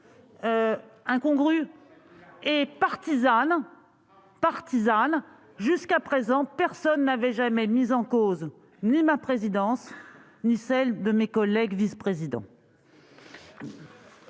incongrues et partisanes. Jusqu'à présent, personne n'avait jamais mis en cause ni ma présidence ni celle de mes collègues vice-présidents.